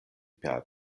per